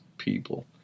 people